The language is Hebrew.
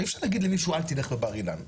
אי אפשר להגיד למישהו אל תלך בבר אילן,